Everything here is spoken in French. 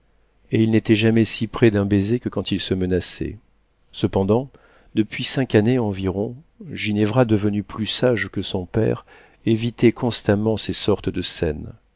et ils n'étaient jamais si près d'un baiser que quand ils se menaçaient cependant depuis cinq années environ ginevra devenue plus sage que son père évitait constamment ces sortes de scènes